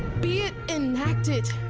be it enacted,